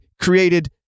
created